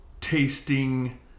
tasting